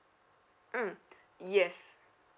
mm yes